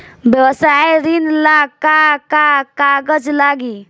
व्यवसाय ऋण ला का का कागज लागी?